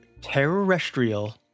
Terrestrial